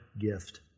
gift